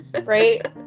Right